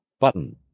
Button